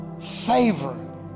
favor